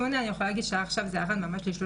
38 אני יכולה להגיד שעכשיו זה כבר 34,